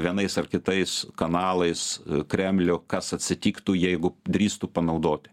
vienais ar kitais kanalais kremlių kas atsitiktų jeigu drįstų panaudoti